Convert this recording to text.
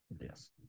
Yes